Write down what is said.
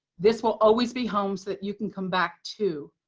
this will always be home that you can come back to.